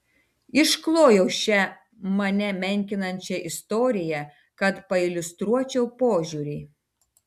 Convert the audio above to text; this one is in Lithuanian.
išklojau šią mane menkinančią istoriją kad pailiustruočiau požiūrį